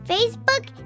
Facebook